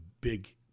big